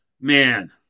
Man –